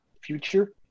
future